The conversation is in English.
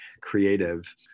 creative